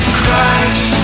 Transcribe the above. Christ